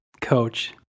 coach